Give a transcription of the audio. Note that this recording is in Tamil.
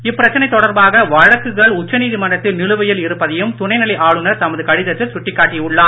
இப்பிரச்சனை தொடர்பாக வழக்குகள் உச்சநீதிமன்றத்தில் நிலுவையில் இருப்பதையும் துணை நிலை ஆளுநர் தமது கடிதத்தில் சுட்டிக் காட்டி உள்ளார்